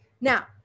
Now